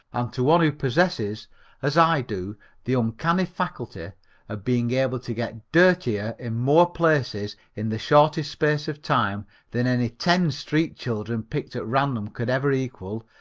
and to one who possesses as i do the uncanny faculty of being able to get dirtier in more places in the shortest space of time than any ten street children picked at random could ever equal,